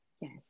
Yes